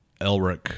elric